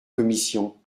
commission